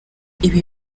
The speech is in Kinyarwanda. ibi